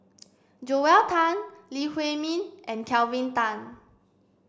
Joel Tan Lee Huei Min and Kelvin Tan